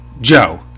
Joe